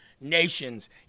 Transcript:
nations